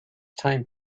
time